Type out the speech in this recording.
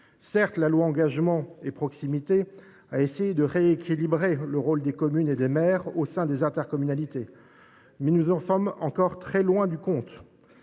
Certes, la loi Engagement et proximité a essayé de rééquilibrer le rôle des communes et des maires au sein des intercommunalités, mais nous sommes encore très loin du compte